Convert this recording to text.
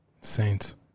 Saints